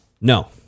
No